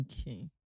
Okay